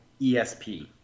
ESP